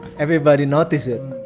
everybody notice it